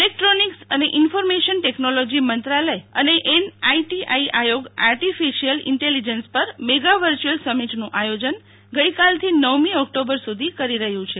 ઇલેક્ટ્રોનિક્સઅને information technology મંત્રાલય અને N ITI Aayog artificial વૈશ્વવયલ ઇન્ટેલિજન્સપર મેગા વર્ચ્યુઅલ સમિટનું આયોજન ગઈકાલથી નવમી ઓક્ટોબર સુધી કરી રહ્યું છે